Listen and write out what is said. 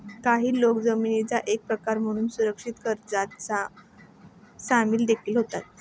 काही लोक जामीनाचा एक प्रकार म्हणून सुरक्षित कर्जात सामील देखील होतात